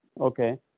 okay